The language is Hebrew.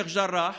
בשייח' ג'ראח,